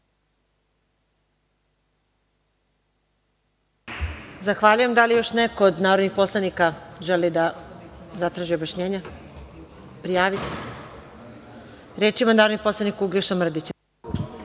Zahvaljujem. Da li još neko od narodnih poslanika želi da zatraži objašnjenje? Reč ima narodni poslanik Uglješa Mrdić.